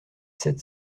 sept